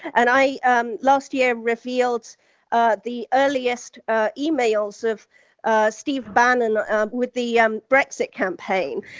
and i um last year revealed ah the earliest ah emails of ah steve bannon ah with the um brexit campaign,